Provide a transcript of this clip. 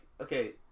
okay